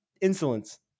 insolence